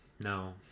No